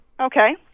Okay